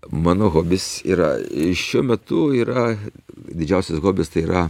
mano hobis yra šiuo metu yra didžiausias hobis tai yra